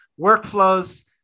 workflows